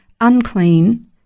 unclean